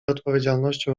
odpowiedzialnością